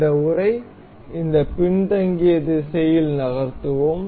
இந்த உறை இந்த பின்தங்கிய திசையில் நகர்த்துவோம்